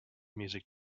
music